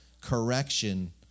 correction